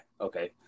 okay